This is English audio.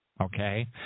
Okay